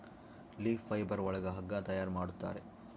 leaf fibre ಒಳಗ ಹಗ್ಗ ತಯಾರ್ ಮಾಡುತ್ತಾರೆ